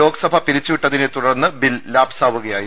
ലോക്സഭ പിരിച്ചുവിട്ടതിനെ തുടർന്ന് ബിൽ ലാപ്സാവുകയായിരുന്നു